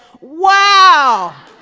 wow